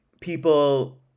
people